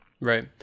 right